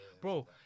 Bro